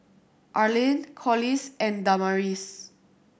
Arlyn Corliss and Damaris